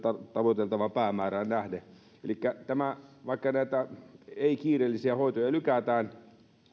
tavoiteltavaan päämäärään nähden elikkä vaikka näitä ei kiireellisiä hoitoja lykätään